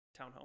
townhome